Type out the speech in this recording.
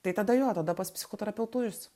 tai tada jo tada pas psichoterapeutus